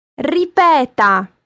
Ripeta